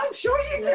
sure you